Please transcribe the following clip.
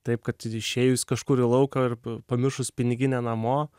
taip kad išėjus kažkur į lauką ir pamiršus piniginę namo